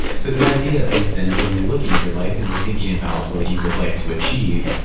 so the idea at least, then, is when you're looking at your life, and you're thinking about what you would like to achieve,